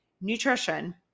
nutrition